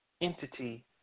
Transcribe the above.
Entity